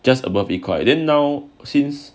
just above 一块 then now since